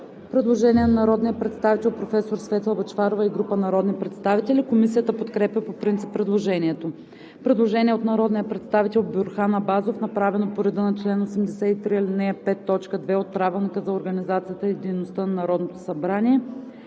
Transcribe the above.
предложение на народния представител Светла Бъчварова и група народни представители. Комисията подкрепя по принцип предложението. Предложение от народния представител Бюрхан Абазов, направено по реда на чл. 83, ал. 5, т. 2 от Правилника за организацията и дейността на Народното събрание.